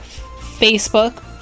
Facebook